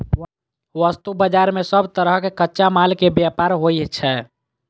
वस्तु बाजार मे सब तरहक कच्चा माल के व्यापार होइ छै